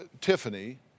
Tiffany